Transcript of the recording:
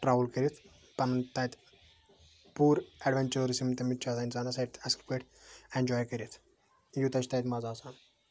troll کٔرِتھ پنُن تَتہِ پوٗرٕ ایٚڈونچٲرس یم تمیُک چھِ آسان اِنسانَس اتہِ اصٕل پٲٹھۍ ایٚنجاے کٔرِتھ یوٗتاہ چھُ تَتہِ مَزٕ آسان